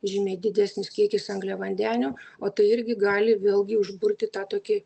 žymiai didesnis kiekis angliavandenių o tai irgi gali vėlgi užburti tą tokį